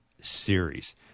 Series